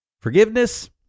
Forgiveness